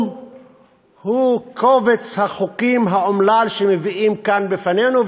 הוא קובץ החוקים האומלל שמביאים כאן בפנינו,